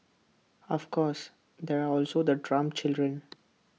of course there are also the Trump children